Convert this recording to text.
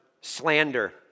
slander